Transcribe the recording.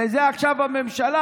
וזה עכשיו בממשלה,